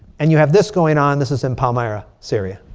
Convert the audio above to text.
and you have this going on. this is in palmyra, syria.